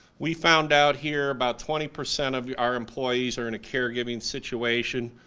we found out here about twenty percent of our employees are in a caregiving situation,